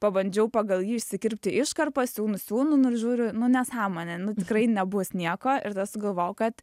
pabandžiau pagal jį išsikirpti iškarpas siūnu siūnu nu ir žiūriu nu nesąmonė nu tikrai nebus nieko ir tada sugalvojau kad